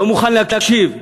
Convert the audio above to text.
לא מוכן להקשיב,